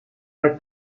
are